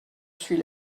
suis